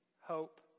hope